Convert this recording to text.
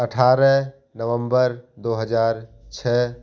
अठारह नवम्बर दो हज़ार छः